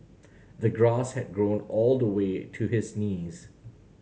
the grass had grown all the way to his knees